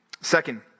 Second